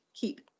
keep